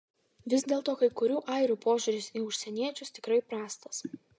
vis dėlto kai kurių airių požiūris į užsieniečius tikrai prastas